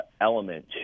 element